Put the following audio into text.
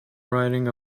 riding